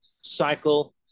cycle